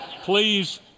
Please